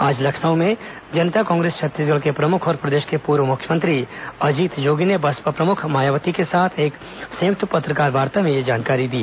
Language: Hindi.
आज लखनऊ में जनता कांग्रेस छत्तीसगढ़ के प्रमुख और प्रदेश के पूर्व मुख्यमंत्री अजीत जोगी ने बसपा प्रमुख मायावती के साथ एक संयुक्त पत्रकारवार्ता में यह जानकारी दी